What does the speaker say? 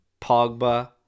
Pogba